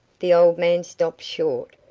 the old man stopped short,